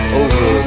over